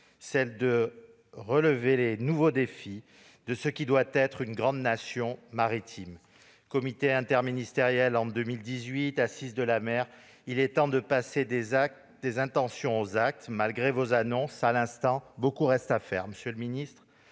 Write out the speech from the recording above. de relever les nouveaux défis de ce que doit être une grande Nation maritime. Comité interministériel en 2018, Assises de la mer ... Il est temps de passer des intentions aux actes ! Malgré vos annonces à l'instant, monsieur le